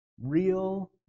Real